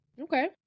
Okay